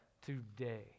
today